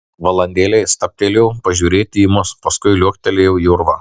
valandėlę jis stabtelėjo pažiūrėti į mus paskui liuoktelėjo į urvą